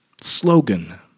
slogan